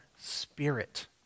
spirit